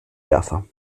werfer